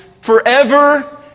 forever